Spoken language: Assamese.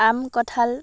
আম কঁঠাল